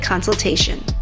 consultation